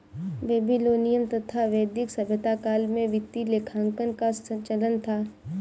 Babylonian तथा वैदिक सभ्यता काल में वित्तीय लेखांकन का चलन था